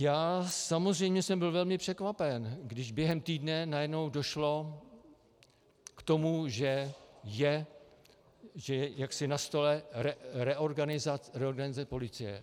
Já samozřejmě jsem byl velmi překvapen, když během týdne najednou došlo k tomu, že je na stole reorganizace policie.